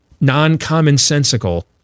non-commonsensical